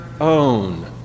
own